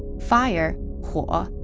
fire, huo,